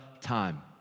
time